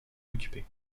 occupée